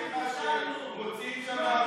מה זה אכפת לך כמה נאספו?